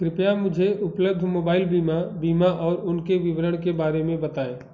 कृपया मुझे उपलब्ध मोबाइल बीमा बीमा और उनके विवरण के बारे में बताएँ